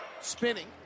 spinning